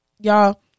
y'all